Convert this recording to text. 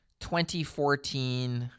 2014